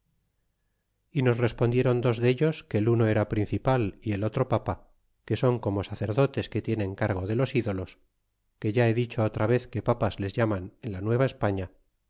y nos respondieron dos dellos que el uno era principal y el otro papa que son como sacerdotes que tienen cargo de los ídolos que ya he dicho otra vez que papas les llaman en la